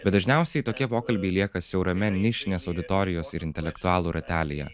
bet dažniausiai tokie pokalbiai lieka siaurame nišinės auditorijos ir intelektualų ratelyje